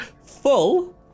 Full